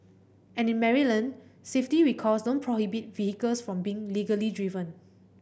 and in Maryland safety recalls don't prohibit vehicles from being legally driven